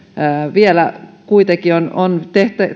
vielä kuitenkin on